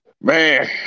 man